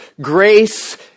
grace